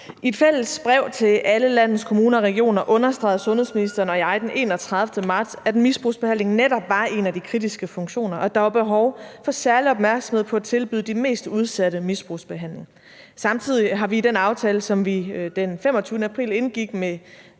I et fælles brev til alle landets kommuner og regioner understregede sundhedsministeren og jeg den 31. marts, at misbrugsbehandling netop var en af de kritiske funktioner, og at der var behov for særlig opmærksomhed på at tilbyde de mest udsatte misbrugsbehandling. Samtidig har vi i den aftale, som vi den 25. april indgik med